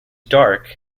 dark